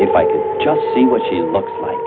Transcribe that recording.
if i could just see what she looks like